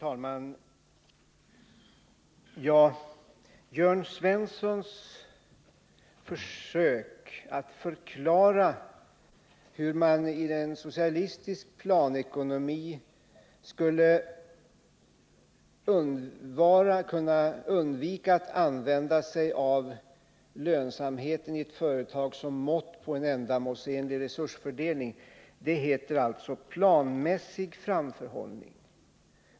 Herr talman! Jörn Svensson försökte förklara hur man i en socialistisk planekonomi skulle kunna undvika att använda sig av lönsamheten i ett företag såsom mått på en ändamålsenlig resursfördelning. Det heter alltså ”planmässig framförhållning”.